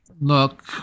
Look